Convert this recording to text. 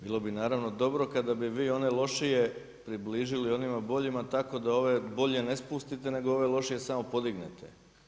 Bilo bi naravno dobro kada bi vi one lošije približili onima boljima, tako da ove bolje ne spustite nego ove lošije samo podignete.